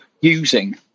using